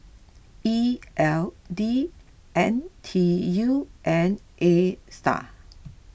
E L D N T U and Astar